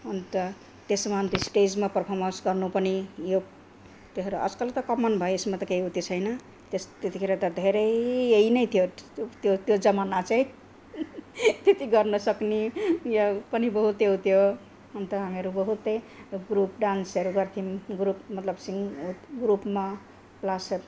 अन्त त्यसमा अन्त स्टेजमा परफर्मेन्स गर्नु पनि यो के अरे आजकल त कमन भयो यसमा त केही ऊ त्यो छैन त्यतिखेर त धेरै यही नै थियो त्यो त्यो जमाना चाहिँ त्यति गर्न सक्ने यो पनि बहुतै हो त्यो अन्त हामीहरू बहुतै ग्रुप डान्सहरू गर्थ्यौँ ग्रुप मतलब सिङ ग्रुपमा प्लस